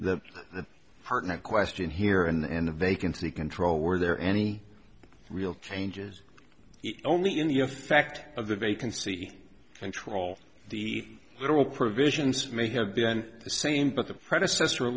apartment question here and the vacancy control were there any real changes only in the effect of the vacancy control the federal provisions may have been the same but the predecessor